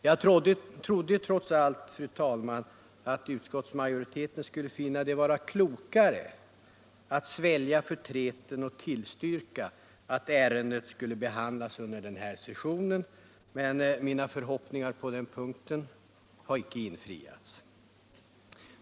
Jag trodde trots allt, fru talman, att utskottsmajoriteten skulle finna det vara klokare att svälja förtreten att ärendet behandlades under det här riksmötet, men mina förhoppningar på den punkten har inte infriats.